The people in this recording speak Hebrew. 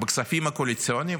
בכספים הקואליציוניים.